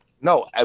No